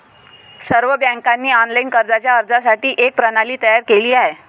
सर्व बँकांनी ऑनलाइन कर्जाच्या अर्जासाठी एक प्रणाली तयार केली आहे